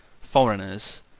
foreigners